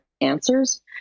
answers